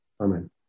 Amen